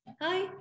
Hi